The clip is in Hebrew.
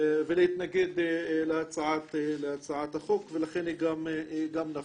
ולהתנגד להצעת החוק ולכן היא גם נפלה.